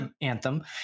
Anthem